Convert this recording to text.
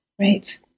Right